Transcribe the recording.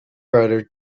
writer